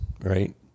Right